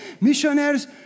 missionaries